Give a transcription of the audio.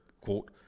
quote